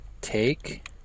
Take